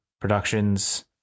Productions